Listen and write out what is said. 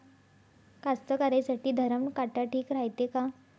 कास्तकाराइसाठी धरम काटा ठीक रायते का?